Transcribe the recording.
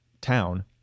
town